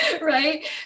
Right